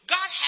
God